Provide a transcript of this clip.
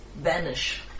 vanish